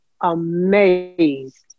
amazed